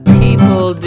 people